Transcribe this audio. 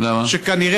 למה?